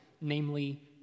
namely